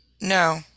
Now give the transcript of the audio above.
no